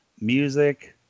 music